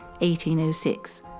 1806